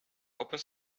open